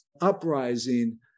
uprising